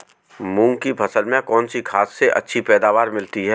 मूंग की फसल में कौनसी खाद से अच्छी पैदावार मिलती है?